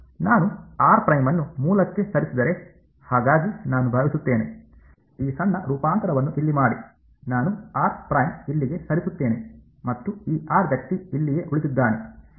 ನಾನು ಅನ್ನು ಮೂಲಕ್ಕೆ ಸರಿಸಿದರೆ ಹಾಗಾಗಿ ನಾನು ಭಾವಿಸುತ್ತೇನೆ ಈ ಸಣ್ಣ ರೂಪಾಂತರವನ್ನು ಇಲ್ಲಿ ಮಾಡಿ ನಾನು ಇಲ್ಲಿಗೆ ಸರಿಸುತ್ತೇನೆ ಮತ್ತು ಈ ವ್ಯಕ್ತಿ ಇಲ್ಲಿಯೇ ಉಳಿದಿದ್ದಾನೆ